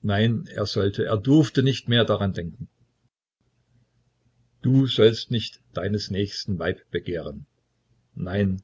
nein er sollte er durfte nicht mehr daran denken du sollst nicht deines nächsten weib begehren nein